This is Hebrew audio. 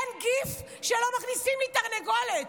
אין gif שלא מכניסים לי תרנגולת.